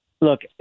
Look